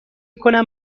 کنم